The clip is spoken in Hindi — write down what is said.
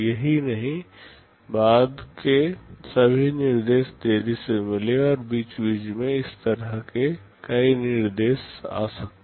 यही नहीं बाद के सभी निर्देश देरी से मिले और बीच बीच में इस तरह के कई निर्देश आ सकते हैं